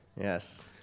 Yes